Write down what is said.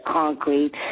concrete